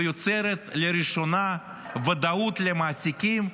ויוצרת לראשונה ודאות למעסיקים,